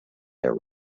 their